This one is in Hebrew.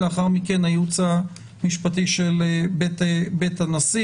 ולאחר מכן הייעוץ המשפטי של בית הנשיא.